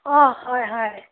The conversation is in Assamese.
অঁ হয় হয়